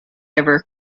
ever